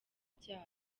urubyaro